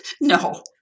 No